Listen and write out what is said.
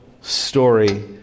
story